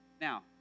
Now